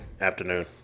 afternoon